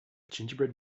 gingerbread